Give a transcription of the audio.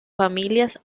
familias